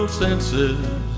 senses